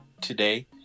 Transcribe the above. today